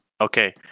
Okay